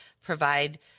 provide